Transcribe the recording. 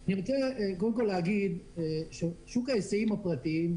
אני רוצה קודם כל לומר ששוק ההיסעים הפרטיים,